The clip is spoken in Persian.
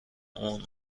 اون